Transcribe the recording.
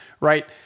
right